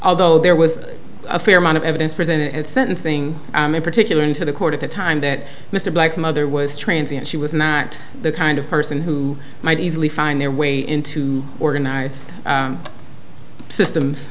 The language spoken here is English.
although there was a fair amount of evidence presented sentencing in particular into the court at the time that mr black's mother was transients she was not the kind of person who might easily find their way into organized systems